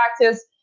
practice